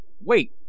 wait